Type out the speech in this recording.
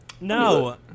No